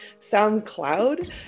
SoundCloud